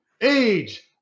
Age